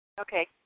Okay